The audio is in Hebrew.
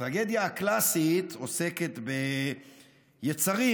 הטרגדיה הקלסית עוסקת ביצרים,